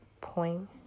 point